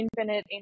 infinite